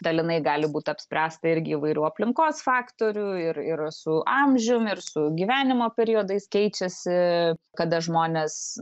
dalinai gali būt apspręsta irgi įvairių aplinkos faktorių ir ir su amžium ir su gyvenimo periodais keičiasi kada žmonės